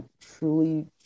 truly